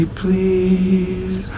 please